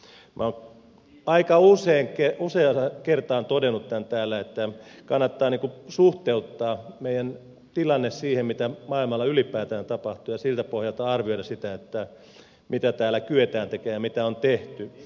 minä olen aika useaan kertaan todennut tämän täällä että kannattaa suhteuttaa meidän tilanteemme siihen mitä maailmalla ylipäätään tapahtuu ja siltä pohjalta arvioida sitä mitä täällä kyetään tekemään ja mitä on tehty